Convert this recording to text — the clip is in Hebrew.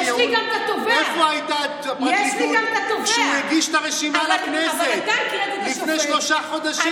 איפה הייתה הפרקליטות כשהוא הגיש את הרשימה לכנסת לפני שלושה חודשים?